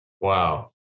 Wow